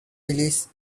releases